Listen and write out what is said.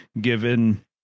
given